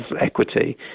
equity